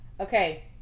okay